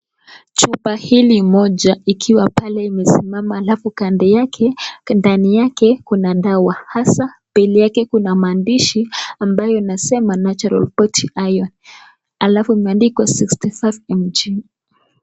Chupa hili moja ikiwa pale imesimama, alafu kando yake, ndani uake kuna sawa, hasa kando yake kuna maandishi ambayo inasema natural body iron, alafu imedikwa sixty five mg.